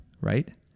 right